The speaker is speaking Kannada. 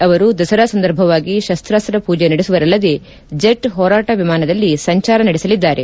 ಅವರು ದಸರಾ ಸಂದರ್ಭವಾಗಿ ಶಸ್ತ್ರಾಸ್ತ್ರ ಪೂಜೆ ನಡೆಸುವರಲ್ಲದೆ ಜೆಟ್ ಹೋರಾಟ ವಿಮಾನದಲ್ಲಿ ಸಂಚಾರ ನಡೆಸಲಿದ್ದಾರೆ